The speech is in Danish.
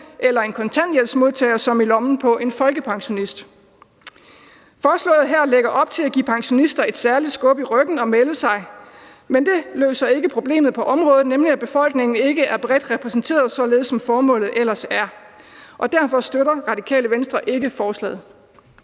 eller en kontanthjælpsmodtager som i lommen på en folkepensionist. Forslaget her lægger op til at give pensionister et særligt skub i ryggen til at melde sig, men det løser ikke problemet på området, nemlig at befolkningen ikke er bredt repræsenteret, således som formålet ellers er. Derfor støtter Radikale Venstre ikke forslaget.